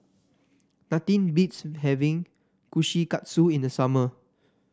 nothing beats having Kushikatsu in the summer